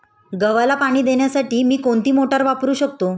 गव्हाला पाणी देण्यासाठी मी कोणती मोटार वापरू शकतो?